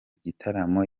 gitaramo